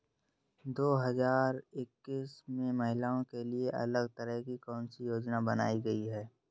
दो हजार इक्कीस में महिलाओं के लिए अलग तरह की कौन सी योजना बनाई गई है?